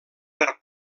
per